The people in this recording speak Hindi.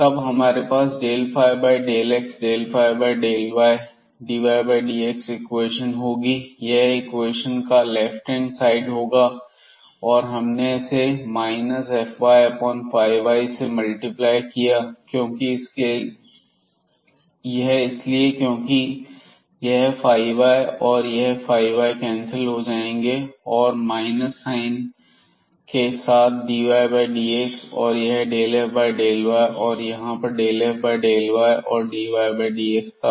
तब हमारे पास ∂ϕ∂x∂ϕ∂ydydx इक्वेशन होगी यह इक्वेशन का लेफ्ट हैंड साइड होगा और हमने इसे fyy से मल्टीप्लाई कर दिया है यह इसलिए क्योंकि यह y और यह y कैंसिल हो जाएंगे और माइनस साइन के साथ dydx और यह ∂f∂y और यहां पर ∂f∂y और dydx तब